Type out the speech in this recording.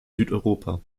südeuropa